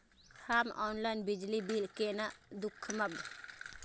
हम ऑनलाईन बिजली बील केना दूखमब?